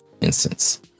instance